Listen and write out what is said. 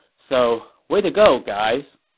so, way to go, guys